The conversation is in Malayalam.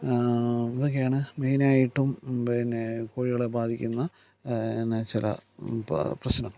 ഇതൊക്കെയാണ് മെയിനായിട്ടും പിന്നെ കോഴികളെ ബാധിക്കുന്ന പിന്നെ ചില പ്രശ്നം